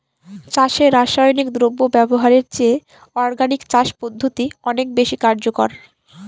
চাষে রাসায়নিক দ্রব্য ব্যবহারের চেয়ে অর্গানিক চাষ পদ্ধতি অনেক বেশি কার্যকর